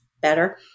better